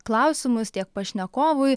klausimus tiek pašnekovui